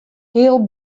heal